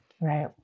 Right